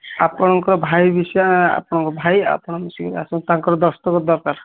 ଆପଣଙ୍କ ଭାଇ ବିଷୟ ଆପଣଙ୍କ ଭାଇ ଆପଣ ମିଶିକରି ଆସନ୍ତୁ ତାଙ୍କର ଦସ୍ତଖତ ଦରକାର